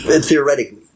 Theoretically